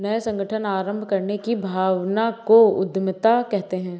नये संगठन आरम्भ करने की भावना को उद्यमिता कहते है